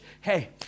hey